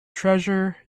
treasure